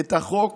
את החוק